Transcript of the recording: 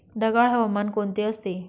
ढगाळ हवामान कोणते असते?